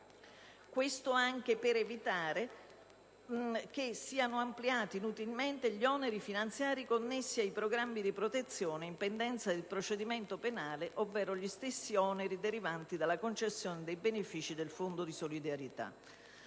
tra l'altro, serve a ridurre gli oneri finanziari connessi al programma di protezione in pendenza del procedimento penale ovvero gli stessi oneri derivanti dalla concessione dei benefici del Fondo di solidarietà.